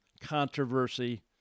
controversy